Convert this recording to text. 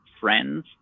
friends